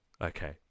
Okay